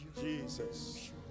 Jesus